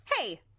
Hey